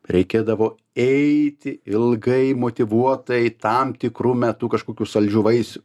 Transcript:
reikėdavo eiti ilgai motyvuotai tam tikru metu kažkokių saldžių vaisių